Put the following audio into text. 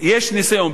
יש ניסיון,